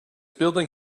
building